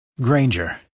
Granger